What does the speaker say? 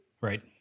Right